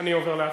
אני עובר להצבעה.